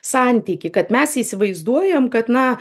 santykį kad mes įsivaizduojam kad na